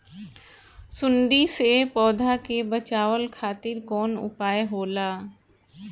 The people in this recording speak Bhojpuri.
सुंडी से पौधा के बचावल खातिर कौन उपाय होला?